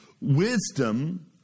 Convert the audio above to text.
wisdom